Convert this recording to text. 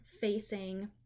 facing